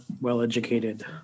well-educated